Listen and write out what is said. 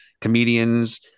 comedians